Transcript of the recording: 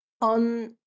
on